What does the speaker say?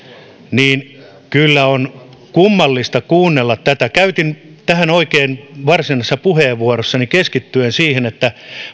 kyllä on kummallista kuunnella tätä käytin tähän oikein varsinaisessa puheenvuorossani aikaa keskittyen siihen että